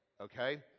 Okay